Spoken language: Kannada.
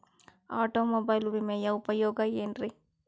ಆಟೋಮೊಬೈಲ್ ವಿಮೆಯ ಉಪಯೋಗ ಏನ್ರೀ?